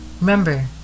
remember